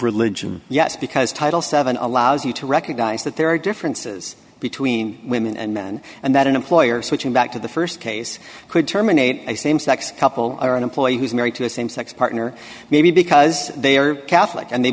religion yes because title seven allows you to recognize that there are differences between women and men and that an employer switching back to the st case could terminate i see sex couple are an employee who's married to a same sex partner maybe because they are catholic and they